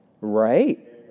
Right